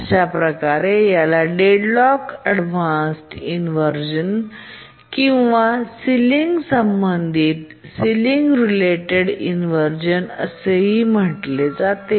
अशाप्रकारे याला deadlock avoidance inversion किंवा सिलिंग संबंधित इनव्हर्जन असेही म्हटले जाते